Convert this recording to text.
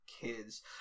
kids